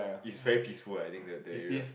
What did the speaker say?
is very peaceful I think the the area